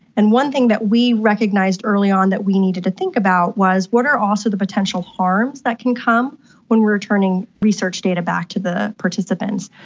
and one thing that we recognised early on that we needed to think about was what are also the potential harms that can come when returning research data back to the participants?